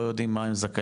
לא יודעים מה הם זכאים,